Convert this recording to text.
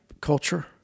culture